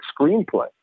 screenplay